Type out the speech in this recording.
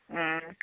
ம்